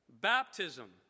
Baptism